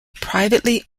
privately